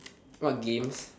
what games